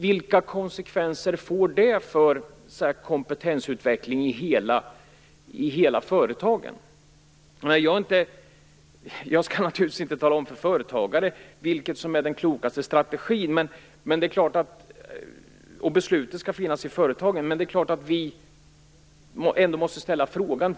Vilka konsekvenser får det för kompetensutveckling i företagen som helhet? Jag skall naturligtvis inte tala om för företagare vilket som är den klokaste strategin, och besluten skall fattas i företagen, men det är klart att vi ändå måste ställa frågan.